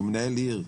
הוא מנהל עיר.